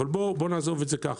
אבל בוא נעזוב את זה ככה.